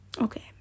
okay